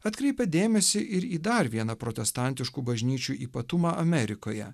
atkreipė dėmesį ir į dar vieną protestantiškų bažnyčių ypatumą amerikoje